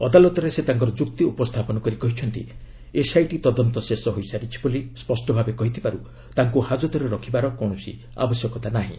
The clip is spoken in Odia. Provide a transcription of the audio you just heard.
ଅଦାଲତରେ ସେ ତାଙ୍କର ଯୁକ୍ତି ଉପସ୍ଥାପନ କରି କହିଛନ୍ତି ଏସ୍ଆଇଟି ତଦନ୍ତ ଶେଷ କରିସାରିଛି ବୋଲି ସ୍ୱଷ୍ଟଭାବେ କହିଥିବାରୁ ତାଙ୍କୁ ହାତକରେ ରଖିବାର କୌଣସି ଆବଶ୍ୟକତା ନାହିଁ